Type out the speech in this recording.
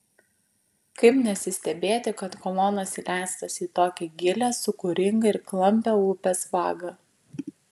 kaip nesistebėti kad kolonos įleistos į tokią gilią sūkuringą ir klampią upės vagą